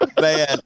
Man